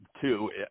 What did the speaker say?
two